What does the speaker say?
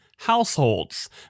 Households